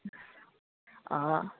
অঁ